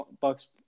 Bucks